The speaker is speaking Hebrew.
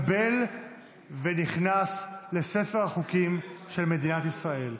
התקבל ונכנס לספר החוקים של מדינת ישראל.